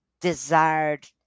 desired